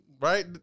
right